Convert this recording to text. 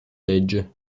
legge